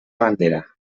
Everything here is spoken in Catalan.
bandera